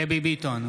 דבי ביטון,